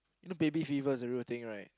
you know baby fever is a real thing right